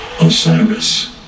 Osiris